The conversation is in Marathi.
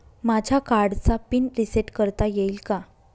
माझ्या कार्डचा पिन रिसेट करता येईल का?